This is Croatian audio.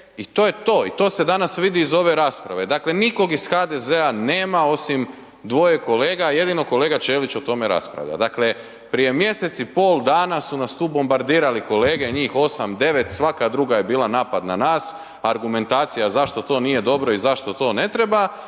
i to je to. I to se danas vidi iz ove rasprave. Dakle, nikog iz HDZ-a nema osim dvoje kolega, jedino kolega Ćelić o tome raspravlja. Dakle, prije mjesec i pol dana su nas tu bombardirali kolege, njih 8, 9, svaka druga je bila napad na nas, argumentacija zašto to nije bilo dobro i zašto to ne treba,